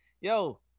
yo